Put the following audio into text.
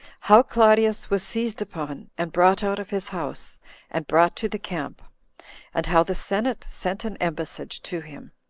how claudius was seized upon and brought out of his house and brought to the camp and how the senate sent an embassage to him.